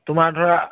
তোমাৰ ধৰা